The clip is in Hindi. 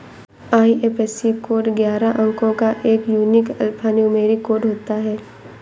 आई.एफ.एस.सी कोड ग्यारह अंको का एक यूनिक अल्फान्यूमैरिक कोड होता है